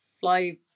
fly